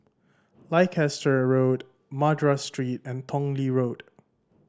Leicester Road Madras Street and Tong Lee Road